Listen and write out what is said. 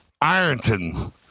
Ironton